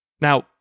Now